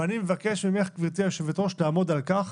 ואני מבקש ממך, גברתי יושבת הראש, לעמוד על כך